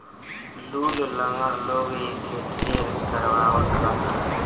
लूल, लंगड़ लोग एके ढेर करवावत बाटे